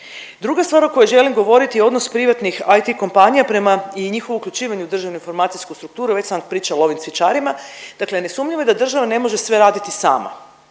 Druga stvar o kojoj želim govoriti je odnos privatnih IT kompanija prema i njihovo uključivanje u državnu informacijsku strukturu, već sam vam pričala o ovim cvjećarima, dakle nesumnjivo da država ne može sve raditi sama,